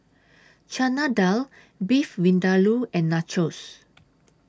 Chana Dal Beef Vindaloo and Nachos